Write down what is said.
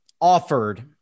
offered